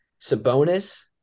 Sabonis